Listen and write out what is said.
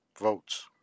votes